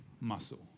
muscle